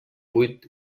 vuit